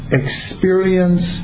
experience